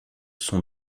sont